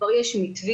כבר יש מתווים,